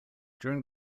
during